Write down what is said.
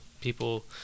people